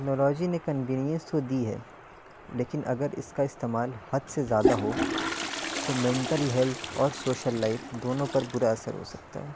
technology نے convenience تو دی ہے لیکن اگر اس کا استعمال حد سے زیادہ ہو تو مینٹل ہیلتھ اور سوشل لائف دونوں پر برا اثر ہو سکتا ہے